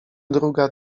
druga